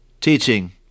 Teaching